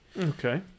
Okay